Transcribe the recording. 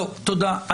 תודה.